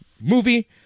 Movie